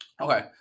Okay